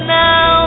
now